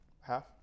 Half